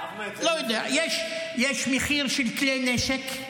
לא יודע, יש מחיר של כלי נשק -- לא,